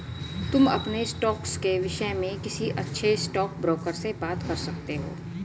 तुम अपने स्टॉक्स के विष्य में किसी अच्छे स्टॉकब्रोकर से बात कर सकते हो